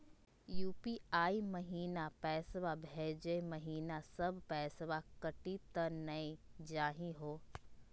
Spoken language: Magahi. यू.पी.आई महिना पैसवा भेजै महिना सब पैसवा कटी त नै जाही हो?